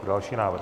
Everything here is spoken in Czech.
Další návrh.